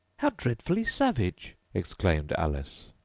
how dreadfully savage exclaimed alice.